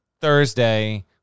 Thursday